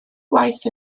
gwaith